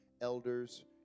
elders